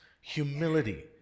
humility